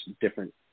different